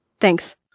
Thanks